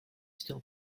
still